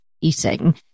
eating